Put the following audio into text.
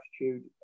attitude